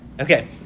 okay